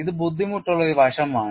ഇത് ബുദ്ധിമുട്ടുള്ള ഒരു വശമാണ്